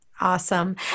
Awesome